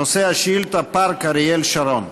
נושא השאילתה: פארק אריאל שרון.